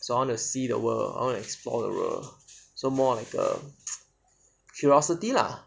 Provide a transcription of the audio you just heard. so I want to see the world I want to explore the world so more of the curiosity lah